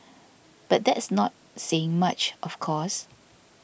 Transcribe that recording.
but that's not saying much of course